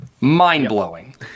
Mind-blowing